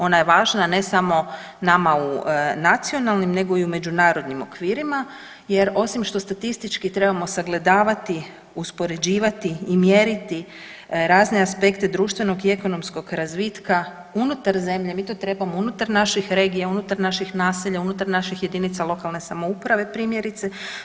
Ona je važna ne samo nama u nacionalnim, nego i u međunarodnim okvirima jer osim što statistički trebamo sagledavati uspoređivati i mjeriti razne aspekte društvenog i ekonomskog razvitka unutar zemlje, mi to trebamo unutar naših regija, unutar naših naselja, unutar naših jedinica lokalne samouprave primjerice.